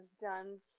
done